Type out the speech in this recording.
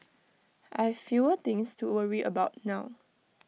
I've fewer things to worry about now